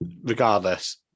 regardless